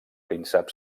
príncep